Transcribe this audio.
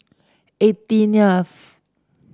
eighteenth